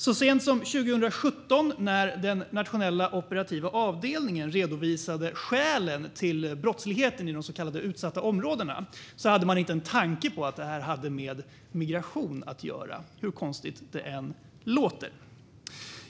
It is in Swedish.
Så sent som 2017, när den nationella operativa avdelningen redovisade skälen till brottsligheten i de så kallade utsatta områdena, hade man inte en tanke på att det hade med migration att göra, hur konstigt det än låter.